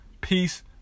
peace